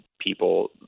people